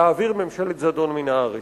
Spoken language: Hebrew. להעביר ממשלת זדון מן הארץ.